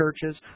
churches